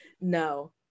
no